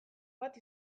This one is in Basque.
bat